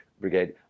Brigade